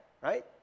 right